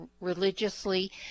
religiously